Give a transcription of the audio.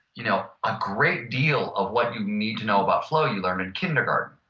you know a great deal of what you need to know about flow you learn in kindergarten.